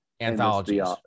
anthologies